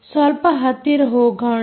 ಸ್ವಲ್ಪ ಹತ್ತಿರ ಹೋಗೋಣ